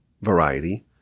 variety